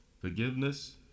forgiveness